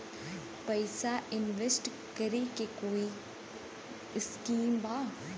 पैसा इंवेस्ट करे के कोई स्कीम बा?